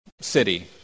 city